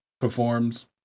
performs